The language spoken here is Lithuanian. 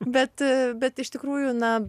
bet bet iš tikrųjų na